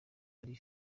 ari